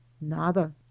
Nada